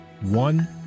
one